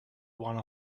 one